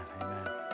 amen